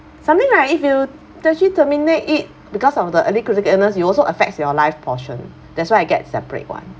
something like if you t~ actually terminate it because of the early critical illness it will also affects your life portion that's why I get separate one